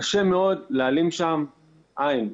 קשה מאוד להעלים שם עין.